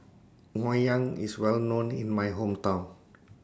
Ngoh Hiang IS Well known in My Hometown